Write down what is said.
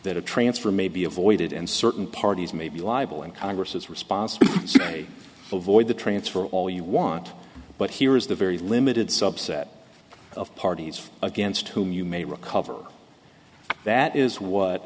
that a transfer may be avoided and certain parties may be liable and congress is responsible for avoid the transfer all you want but here is the very limited subset of parties against whom you may recover that is what